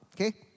Okay